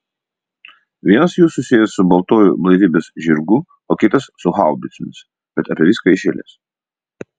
vienas jų susijęs su baltuoju blaivybės žirgu o kitas su haubicomis bet apie viską iš eilės